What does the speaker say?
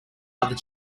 other